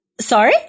Sorry